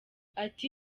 ati